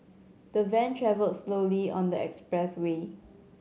the van travelled slowly on the expressway